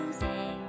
say